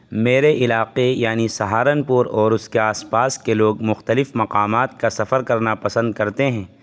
میرے علاقے یعنی سہارنپور اور اس کے آس پاس کے لوگ مختلف مقامات کا سفر کرنا پسند کرتے ہیں